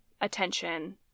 attention